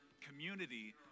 community